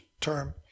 term